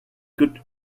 good